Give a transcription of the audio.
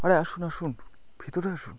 আরে আসুন আসুন ভিতরে আসুন